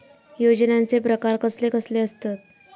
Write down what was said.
योजनांचे प्रकार कसले कसले असतत?